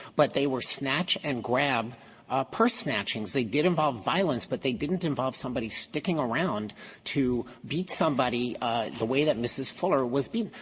but they were snatch-and-grab purse snatchings. they did involve violence, but they didn't involve somebody sticking around to beat somebody the way that mrs. fuller was beaten.